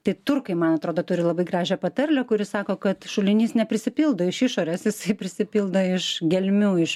tai turkai man atrodo turi labai gražią patarlę kuri sako kad šulinys neprisipildo iš išorės jis prisipildo iš gelmių iš